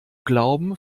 glauben